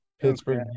Pittsburgh